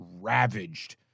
ravaged